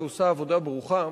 שעושה עבודה ברוכה,